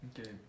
Okay